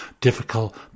difficult